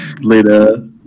Later